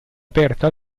aperta